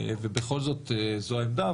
ובכל זאת זו העמדה,